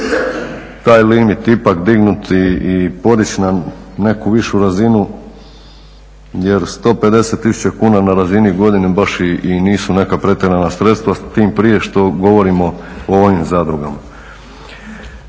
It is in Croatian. taj limit ipak dignuti i podići na neku višu razinu jer 150 tisuću kuna na razini godine baš i nisu neka pretjerana sredstva, s tim prije što govorimo o ovim zadrugama.